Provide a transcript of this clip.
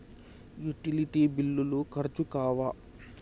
Utility బిల్లులు ఖర్చు కావా?